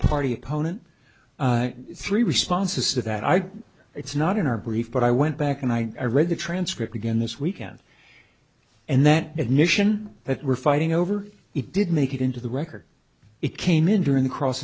party opponent three responses that are it's not in our brief but i went back and i read the transcript again this weekend and that admission that we're fighting over it didn't make it into the record it came in during the cross